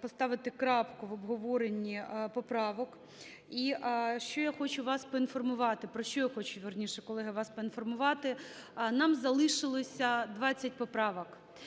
поставити крапку в обговоренні поправок. І що я хочу вас поінформувати, про що я хочу,